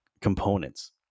components